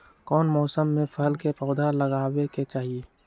कौन मौसम में फल के पौधा लगाबे के चाहि?